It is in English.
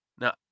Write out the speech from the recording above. Now